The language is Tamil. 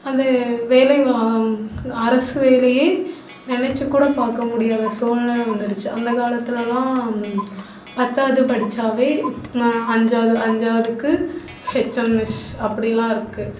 அந்த வேலை அரசு வேலையை நினைச்சிக்கூட பார்க்க முடியாத சூழ்நில வந்துடுச்சு அந்தக்காலத்துலலாம் பத்தாவது படிச்சால் அஞ்சாவது அஞ்சாவதுக்கு ஹெச்எம் மிஸ் அப்படில்லாம் இருக்குது